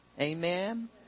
Amen